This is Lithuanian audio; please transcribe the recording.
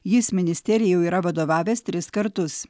jis ministerijai jau yra vadovavęs tris kartus